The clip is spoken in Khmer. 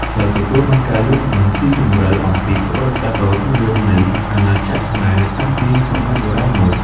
សិស្សទទួលបានការយល់ដឹងស៊ីជម្រៅអំពីប្រវត្តិសាស្ត្រដ៏រុងរឿងនៃអាណាចក្រខ្មែរតាំងពីសម័យបុរាណមក។